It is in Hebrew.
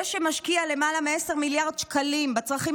זה שמשקיע למעלה מ-10 מיליארד שקלים בצרכים